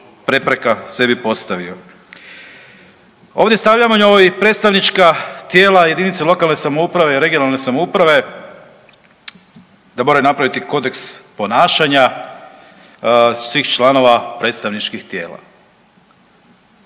prepreka sebi postavio. Ovdje .../Govornik se ne razumije./... predstavnička tijela jedinice lokalne samouprave i regionalne samouprave, da moraju napraviti kodeks ponašanja svih članova predstavničkih tijela.